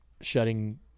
shutting